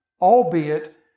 albeit